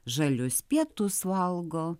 žalius pietus valgo